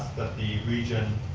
the region